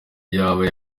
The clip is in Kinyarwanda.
yaba